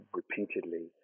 repeatedly